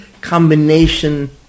combination